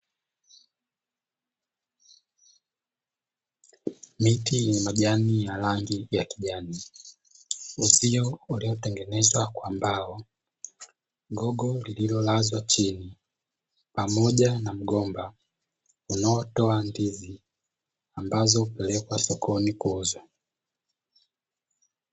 Miti yenye majani ya rangi ya kijani. Uzio uliotengenezwa kwa mbao. Gogo lililolazwa chini pamoja na mgomba unaotoa ndizi ambazo hupelekwa sokoni kuuzwa.